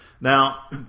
Now